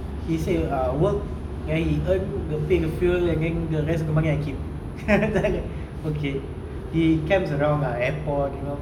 he say ah work then he earn the pay the fuel then the rest of the money I keep then okay he camps around ah airport you know